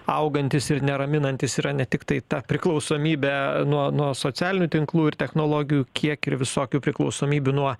augantys ir neraminantys yra ne tiktai ta priklausomybė nuo nuo socialinių tinklų ir technologijų kiek ir visokių priklausomybių nuo